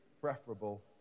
preferable